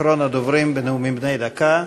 אחרון הדוברים בנאומים בני דקה,